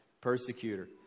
persecutor